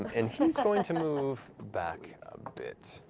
and he's going to move back a bit,